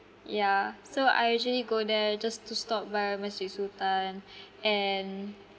yeah so I usually go there just to stop by masjid sultan and